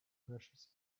precious